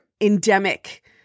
endemic